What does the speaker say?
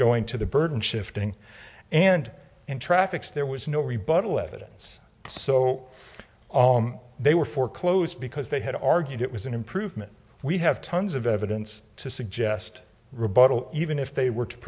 going to the burden shifting and in traffics there was no rebuttal evidence so they were foreclosed because they had argued it was an improvement we have tons of evidence to suggest rebuttal even if they were to